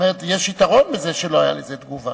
יש יתרון לזה שלא היתה על זה תגובה.